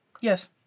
Yes